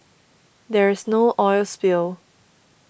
there is no oil spill